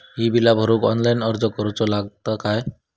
ही बीला भरूक ऑनलाइन अर्ज करूचो लागत काय?